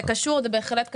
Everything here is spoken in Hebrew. זה קשור, זה בהחלט קשור.